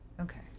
Okay